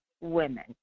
women